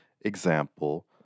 example